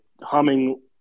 humming